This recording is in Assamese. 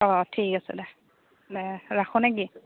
অঁ ঠিক আছে দে দে ৰাখো নে কি